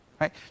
Right